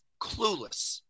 Clueless